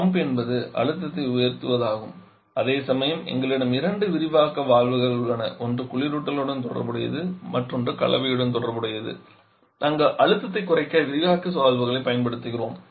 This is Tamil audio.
பம்ப் என்பது அழுத்தத்தை உயர்த்துவதாகும் அதேசமயம் எங்களிடம் இரண்டு விரிவாக்க வால்வுகள் உள்ளன ஒன்று குளிரூட்டலுடன் தொடர்புடையது மற்றொன்று கலவையுடன் தொடர்புடையது அங்கு அழுத்தத்தைக் குறைக்க விரிவாக்க வால்வுகளைப் பயன்படுத்துகிறோம்